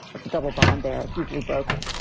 it's a double bond there. it's easily broken.